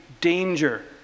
danger